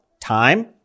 time